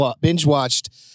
binge-watched